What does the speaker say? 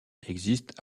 existent